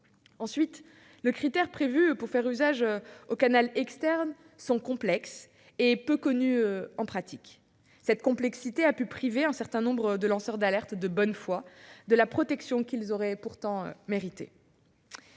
Ensuite, les critères prévus pour faire usage du canal externe sont complexes et peu connus en pratique. Cette complexité a pu priver certains lanceurs d'alerte de bonne foi de la protection qu'ils auraient pourtant méritée.